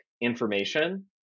information